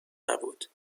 نبود